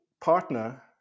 partner